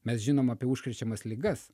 mes žinom apie užkrečiamas ligas